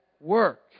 work